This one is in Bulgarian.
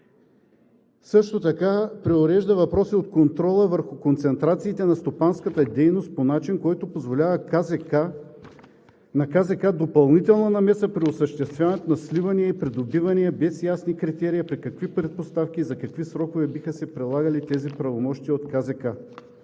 Също така преурежда въпроси от контрола върху концентрациите на стопанската дейност по начин, който позволява на КЗК допълнителна намеса при осъществяването на сливане и придобиване без ясни критерии, при какви предпоставки, за какви срокове биха се прилагали тези правомощия от КЗК?